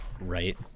Right